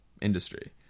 industry